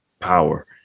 power